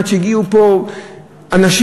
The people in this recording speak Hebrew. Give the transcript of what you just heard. הגיעו לפה אנשים,